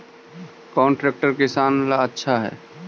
कौन ट्रैक्टर किसान ला आछा है?